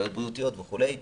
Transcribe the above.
בעיות בריאותיות וכולי,